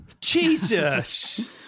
Jesus